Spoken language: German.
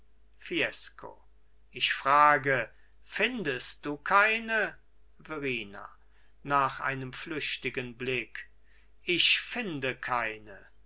fiesco ich frage findest du keine verrina nach einem flüchtigen blick ich finde keine